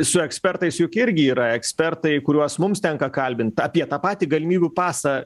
su ekspertais juk irgi yra ekspertai kuriuos mums tenka kalbint apie tą patį galimybių pasą